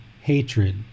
hatred